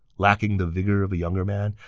lacking the vigor of a younger man,